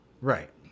Right